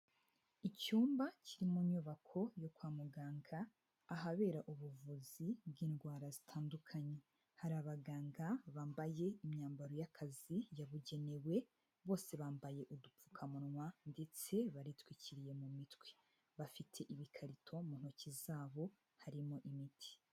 Icyumba kiri mu nyubako yo kwa muganga ahabera ubuvuzi bw'indwara zitandukanye. Hari abaganga bambaye imyambaro y'akazi yabugenewe, bose bambaye udupfukamunwa ndetse baritwikiriye mu mitwe. Bafite ibikarito mu ntoki zabo harimo imiti.